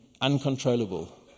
uncontrollable